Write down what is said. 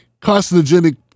carcinogenic